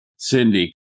Cindy